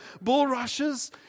bulrushes